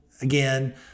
again